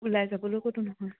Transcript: ওলাই যাবলৈ ক'তো নহয়